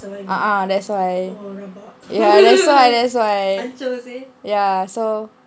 a'ah that's why that's why ya so